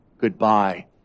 Goodbye